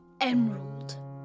emerald